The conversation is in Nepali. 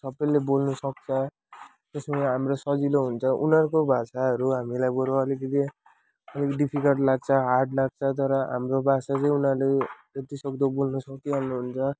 सबैले बोल्नसक्छ त्यसमा हाम्रो सजिलो हुन्छ उनीहरूको भाषाहरू हामीलाई बरू अलिकति डिफिकल्ट लाग्छ हार्ड लाग्छ तर हाम्रो भाषा चाहिँ उनीहरूले जतिसक्दो बोल्न सकिहाल्नु हुन्छ